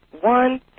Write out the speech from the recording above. One